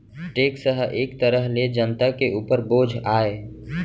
tax ह एक तरह ले जनता के उपर बोझ आय